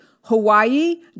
Hawaii